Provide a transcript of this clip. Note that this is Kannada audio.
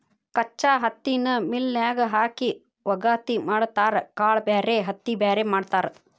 ಕಚ್ಚಾ ಹತ್ತಿನ ಮಿಲ್ ನ್ಯಾಗ ಹಾಕಿ ವಗಾತಿ ಮಾಡತಾರ ಕಾಳ ಬ್ಯಾರೆ ಹತ್ತಿ ಬ್ಯಾರೆ ಮಾಡ್ತಾರ